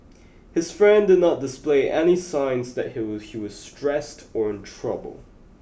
his friend did not display any signs that he was he was stressed or in trouble